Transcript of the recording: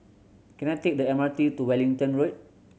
can I take the M R T to Wellington Road